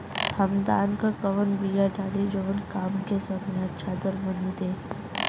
हम धान क कवन बिया डाली जवन कम समय में अच्छा दरमनी दे?